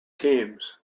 teams